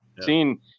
seen